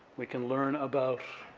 we can learn about,